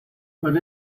but